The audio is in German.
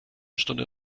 stunde